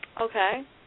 Okay